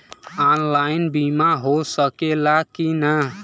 Online बीमा हो सकेला की ना?